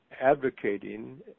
advocating